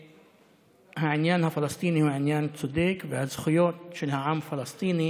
שהעניין הפלסטיני הוא עניין צודק והזכויות של העם הפלסטיני